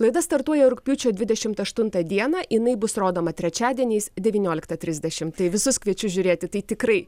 laida startuoja rugpjūčio dvidešimt aštuntą dieną jinai bus rodoma trečiadieniais devynioliktą trisdešimt tai visus kviečiu žiūrėti tai tikrai